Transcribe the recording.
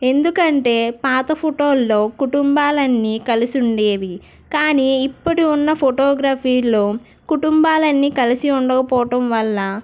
ఎందుకంటే పాత ఫోటోల్లో కుటుంబాలన్నీ కలిసి ఉండేవి కానీ ఇప్పుడు ఉన్న ఫోటోగ్రఫీలో కుటుంబాలన్నీ కలిసి ఉండకపోవడం వల్ల